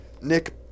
Nick